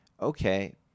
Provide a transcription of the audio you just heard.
okay